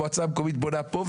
המועצה המקומית בונה פה,